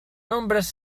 nombres